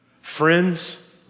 friends